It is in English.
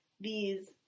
these-